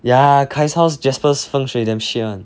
yeah kyle's house jasper's 风水 damn shit one